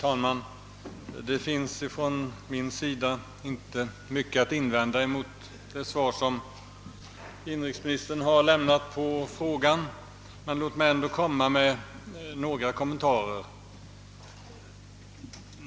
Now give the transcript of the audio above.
Herr talman! Jag har inte mycket att invända mot det svar som inrikesministern lämnat. Men låt mig ändå få göra några kommentarer.